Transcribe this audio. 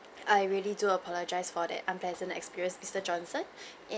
I really do apologise for that unpleasant experience mister johnson